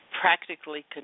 practically